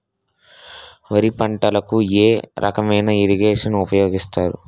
వరి పంటకు ఏ రకమైన ఇరగేషన్ ఉపయోగిస్తారు?